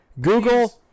Google